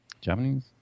Japanese